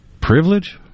privilege